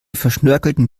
verschnörkelten